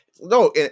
No